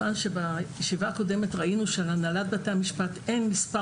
בישיבה הקודמת ראינו שלהנהלת בתי המשפט אין מספר